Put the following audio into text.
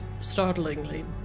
startlingly